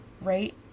right